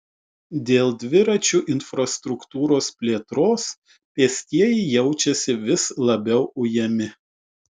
dėl dviračių infrastruktūros plėtros pėstieji jaučiasi vis labiau ujami